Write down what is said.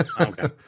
Okay